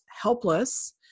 helpless